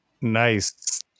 Nice